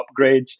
upgrades